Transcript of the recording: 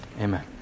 amen